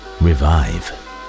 revive